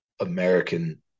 American